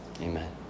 Amen